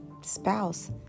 spouse